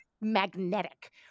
magnetic